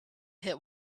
hit